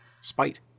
Spite